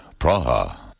Praha